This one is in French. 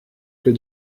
que